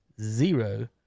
zero